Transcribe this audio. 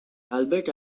albert